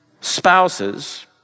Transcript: spouses